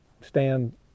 stand